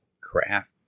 Craft